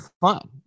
fun